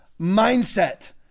mindset